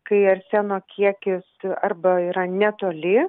kai arseno kiekis arba yra netoli